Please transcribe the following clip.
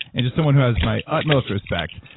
and just someone who has my utmost respect.